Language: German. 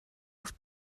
auf